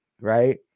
right